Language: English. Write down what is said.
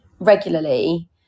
regularly